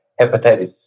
hepatitis